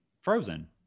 Frozen